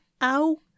Ow